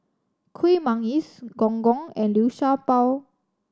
Kueh Manggis Gong Gong and Liu Sha Bao